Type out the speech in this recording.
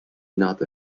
not